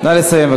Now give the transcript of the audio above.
נא לסיים.